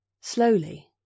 slowly